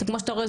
כמו שאתה רואה,